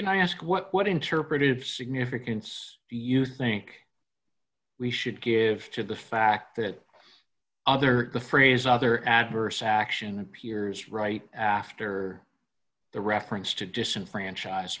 can i ask what interpretive significance do you think we should give to the fact that other the phrase other adverse action appears right after the reference to disenfranchise